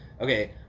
okay